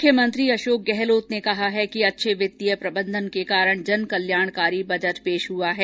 मुख्यमंत्री अशोक गहलोत ने कहा है कि अच्छे वित्तीय प्रबंधन के करण जनकल्याणकारी बजट पेश हुआ है